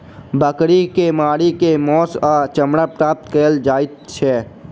बकरी के मारि क मौस आ चमड़ा प्राप्त कयल जाइत छै